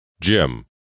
Jim